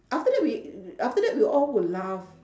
after that we w~ after that we'll all will laugh